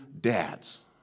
dads